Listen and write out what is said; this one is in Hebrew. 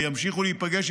וימשיכו להיפגש,